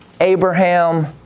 Abraham